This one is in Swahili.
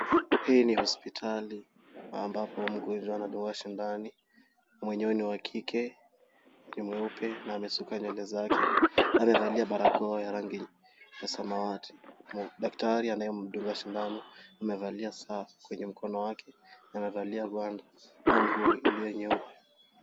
Hii ni hospitali ambapo mgonjwa anadungwa sindano, mwenyewe ni wa kike, ni mweupe na amesuka nywele zake. Amevalia barakoa ya rangi ya samawati. Daktari anayemdunga sindano amevalia saa kwenye mkono wake na amevalia gwanda au nguo iliyo nyeupe.